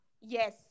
Yes